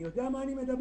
אני יודע על מה אני מדבר.